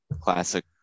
classic